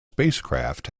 spacecraft